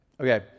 Okay